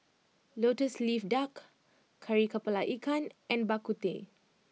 Lotus Leaf Duck Kari Kepala Ikan and Bak Kut Teh